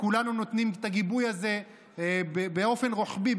כשכולנו נותנים את הגיבוי הזה באופן רוחבי,